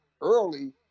early